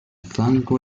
flanko